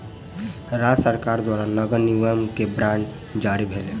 राज्य सरकार द्वारा नगर निगम के बांड जारी भेलै